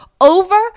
over